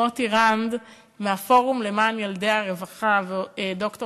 מוטי רנד מהפורום למען ילדי הרווחה וד"ר